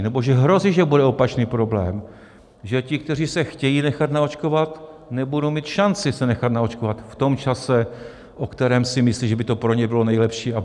Nebo že hrozí, že bude opačný problém: že ti, kteří se chtějí nechat naočkovat, nebudou mít šanci se nechat naočkovat v tom čase, o kterém si myslí, že by to pro ně bylo nejlepší.